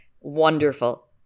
wonderful